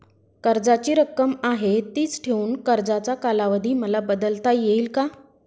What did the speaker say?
कर्जाची रक्कम आहे तिच ठेवून कर्जाचा कालावधी मला बदलता येईल का?